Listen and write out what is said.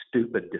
stupid